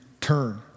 turn